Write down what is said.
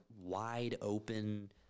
wide-open